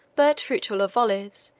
but fruitful of olives,